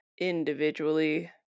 individually